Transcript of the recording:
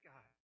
God